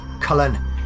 Cullen